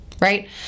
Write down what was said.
right